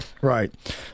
Right